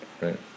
Right